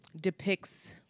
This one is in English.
depicts